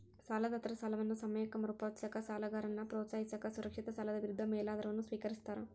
ಸಾಲದಾತರ ಸಾಲವನ್ನ ಸಮಯಕ್ಕ ಮರುಪಾವತಿಸಕ ಸಾಲಗಾರನ್ನ ಪ್ರೋತ್ಸಾಹಿಸಕ ಸುರಕ್ಷಿತ ಸಾಲದ ವಿರುದ್ಧ ಮೇಲಾಧಾರವನ್ನ ಸ್ವೇಕರಿಸ್ತಾರ